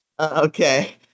Okay